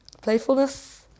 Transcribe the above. playfulness